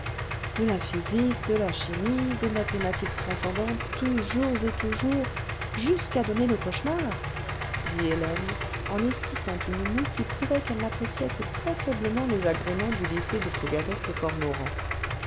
de la physique de la chimie des mathématiques transcendantes toujours et toujours jusqu'à donner le cauchemar dit hélène en esquissant une moue qui prouvait qu'elle n'appréciait que très faiblement les agréments du lycée de plougadec les cormorans